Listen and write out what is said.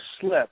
slip